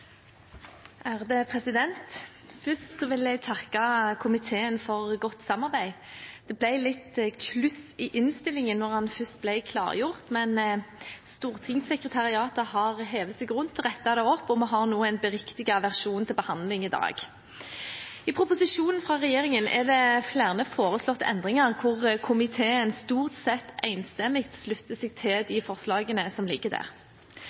Først vil jeg takke komiteen for godt samarbeid. Det ble litt kluss i innstillingen da den først ble klargjort, men stortingssekretariatet har hivd seg rundt og rettet det opp. Vi har nå en beriktiget versjon til behandling i dag. I proposisjonen fra regjeringen er det flere foreslåtte endringer, og komiteen slutter seg stort sett enstemmig til de forslagene som ligger der.